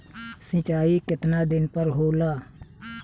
सिंचाई केतना दिन पर होला?